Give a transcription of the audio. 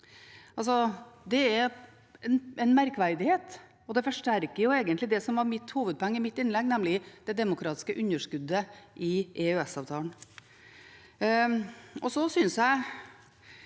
Det er en merkverdighet, og det forsterker egentlig det som var hovedpoenget i mitt innlegg, nemlig det demokratiske underskuddet i EØS-avtalen.